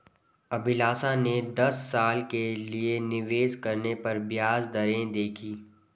अभिलाषा ने दस साल के लिए निवेश करने पर ब्याज दरें देखी